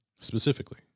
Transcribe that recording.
specifically